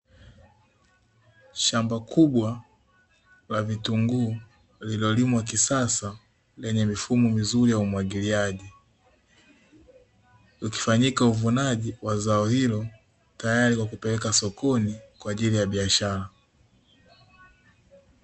Shamba kubwa la vitunguu lilolimwa kisasa lenye mifumo mizuri ya umwagiliaji, ukifanyika uvunaji wa zao hilo, tayari kwa kupeleka sokoni kwa ajili ya biashara.